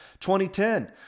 2010